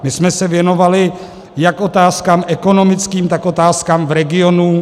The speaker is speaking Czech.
My jsme se věnovali jak otázkám ekonomickým, tak otázkám v regionu.